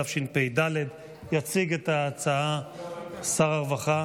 התשפ"ד 2023. יציג את ההצעה שר הרווחה